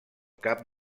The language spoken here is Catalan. cap